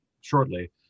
shortly